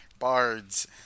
bards